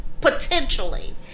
potentially